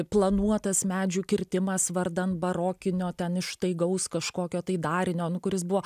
planuotas medžių kirtimas vardan barokinio ten ištaigaus kažkokio tai darinionu kuris buvo